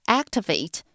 activate